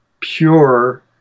pure